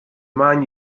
man